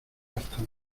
bastante